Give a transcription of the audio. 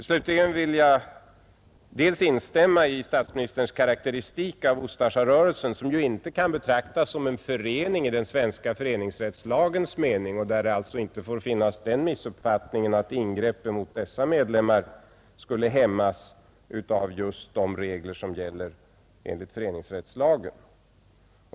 Slutligen vill jag helt instämma i statsministerns karakteristik av Ustasjarörelsen, som inte kan betraktas som en förening i den svenska föreningsrättslagens mening och där det alltså inte får finnas den missuppfattningen att ingreppen mot dess medlemmar skulle hämmas av just de regler som gäller enligt föreningsrättslagen.